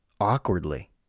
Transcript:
awkwardly